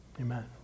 Amen